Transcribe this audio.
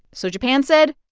so japan said,